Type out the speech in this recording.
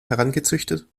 herangezüchtet